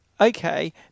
Okay